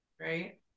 Right